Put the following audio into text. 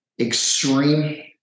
extreme